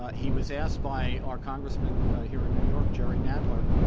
he was asked by our congressmen here in new york, jerry nadler,